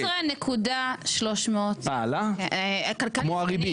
13.300. כמו הריבית.